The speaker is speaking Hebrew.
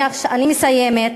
אני מסיימת.